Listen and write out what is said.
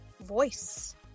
voice